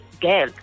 girl